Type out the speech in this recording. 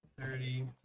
thirty